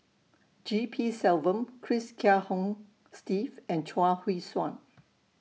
G P Selvam Cress Kiah Hong Steve and Chuang Hui Tsuan